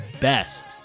best